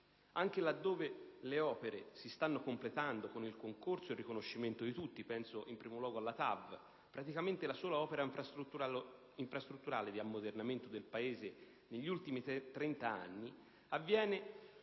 anche laddove le opere si stanno completando, con il concorso e il riconoscimento di tutti - e penso in primo luogo alla TAV, praticamente la sola opera infrastrutturale di ammodernamento del Paese negli ultimi trent'anni